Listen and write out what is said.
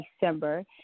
December